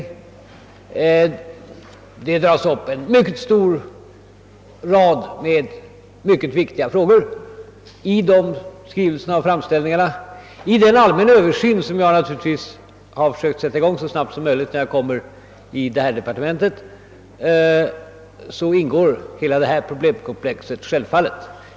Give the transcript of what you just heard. I dessa framställningar upptas en lång rad av mycket viktiga frågor, och i den allmänna Översyn, som jag helt naturligt försökt sätta i gång så snabbt som möjligt sedan jag kommit till detta departement, ingår självfallet hela det problemkomplexet.